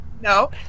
No